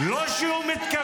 -- בלי שהוא מתכוון.